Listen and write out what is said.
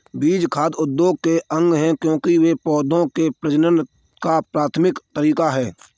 बीज खाद्य उद्योग के अंग है, क्योंकि वे पौधों के प्रजनन का प्राथमिक तरीका है